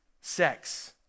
sex